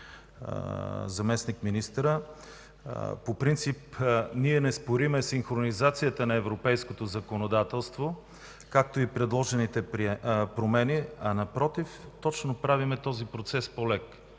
заместник-министъра. По принцип ние не спорим за синхронизацията на европейското законодателство и предложените промени, а напротив, правим този процес по-лек